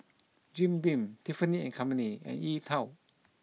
Jim Beam Tiffany and Co and E Twow